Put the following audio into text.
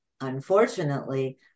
unfortunately